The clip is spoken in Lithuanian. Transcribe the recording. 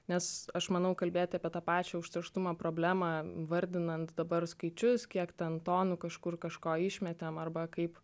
nes aš manau kalbėt apie tą pačią užterštumo problemą vardinant dabar skaičius kiek ten tonų kažkur kažko išmetėm arba kaip